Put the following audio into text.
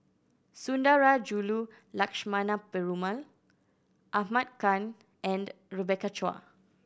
Sundarajulu Lakshmana Perumal Ahmad Khan and Rebecca Chua